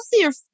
healthier